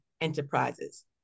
Enterprises